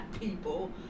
people